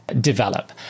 develop